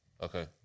Okay